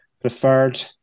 preferred